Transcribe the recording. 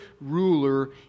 ruler